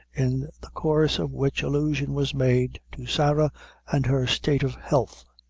in the course of which allusion was made to sarah and her state of health.